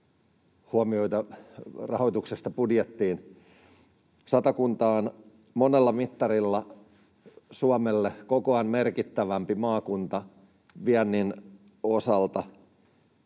huomioita rahoituksesta budjettiin. Satakunta on monella mittarilla Suomelle kokoaan merkittävämpi maakunta viennin osalta.